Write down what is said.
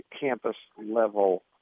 campus-level